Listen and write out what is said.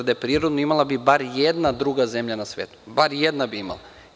Da je prirodno, imala bi bar jedna druga zemlja na svetu, bar jedna bi imala.